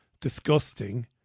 Disgusting